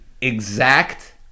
exact